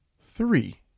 Three